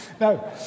No